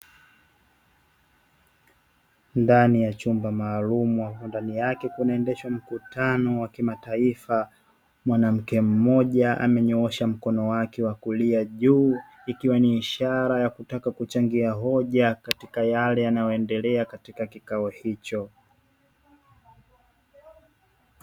Ndani ya chumba maalumu hapo ndani yake kunaendeshwa mkutano wa kimataifa mwanamke mmoja amenyoosha mkono wake wa kulia juu ikiwa ni ishara ya kutaka kuchangia hoja katika yale yanayoendelea katika kikao hicho.